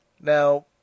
Now